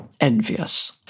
envious